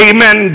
Amen